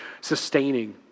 sustaining